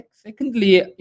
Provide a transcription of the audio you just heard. secondly